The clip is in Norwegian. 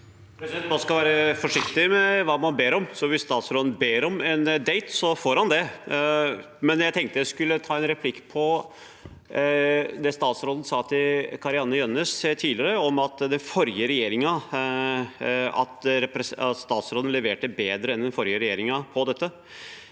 Man skal være forsiktig med hva man ber om, så hvis statsråden ber om en date, får han det. Jeg tenkte jeg skulle ta en replikk på det statsråden sa til representanten Kari-Anne Jønnes tidligere i dag om at statsråden har levert bedre enn den forrige regjeringen på dette.